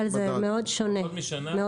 אבל זה שונה מאוד.